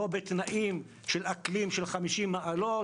או בתנאים של אקלים של 50 מעלות,